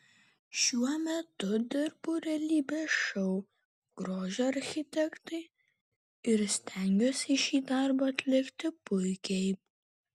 šiuo metu dirbu realybės šou grožio architektai ir stengiuosi šį darbą atlikti puikiai